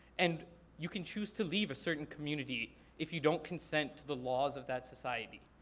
and you can choose to leave a certain community if you don't consent to the laws of that society.